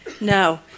No